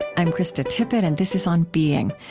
i'm krista tippett, and this is on being.